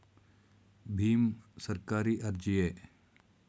ಭೀಮ್ ಸರ್ಕಾರಿ ಅರ್ಜಿಯೇ?